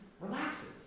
relaxes